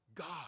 God